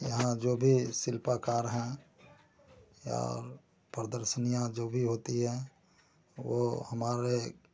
यहाँ जो भी शिल्पकार हैं या प्रदर्शनियाँ जो भी होती हैं वे हमारे